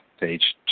page